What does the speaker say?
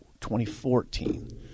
2014